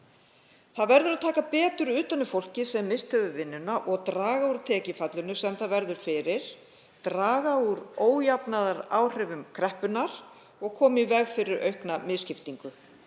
Það verður að taka betur utan um fólkið sem misst hefur vinnuna og draga úr tekjufallinu sem það verður fyrir, draga úr ójafnaðaráhrifum kreppunnar og koma í veg fyrir aukna misskiptingu.